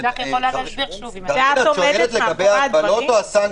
זה לא מניח את הדעת.